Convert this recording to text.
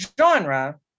genre